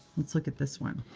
let's look at this one.